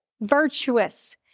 virtuous